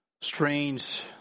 strange